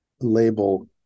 label